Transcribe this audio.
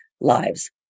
lives